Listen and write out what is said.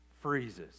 freezes